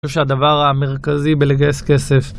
זהו שהדבר המרכזי בלגייס כסף